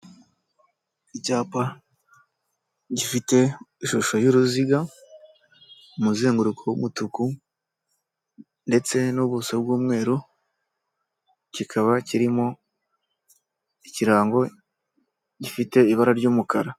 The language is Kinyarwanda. Icyapa gifite ishusho y'uruziga, umuzenguruko w'umutuku ndetse n'ubuso bw'umweru, kikaba kirimo ikirango, gifite ibara ry'umukara.